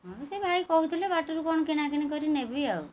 ହଁ ସେ ଭାଇ କହୁଥିଲେ ବାଟରୁ କ'ଣ କିଣାକିଣି କରି ନେବି ଆଉ